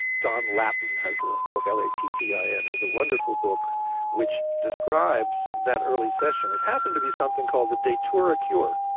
john lattin has a book l a t t i n, has a wonderful book which describes that early session. it happened to be something called the datura cure.